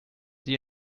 sie